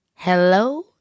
Hello